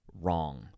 wrong